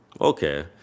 Okay